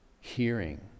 hearing